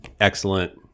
excellent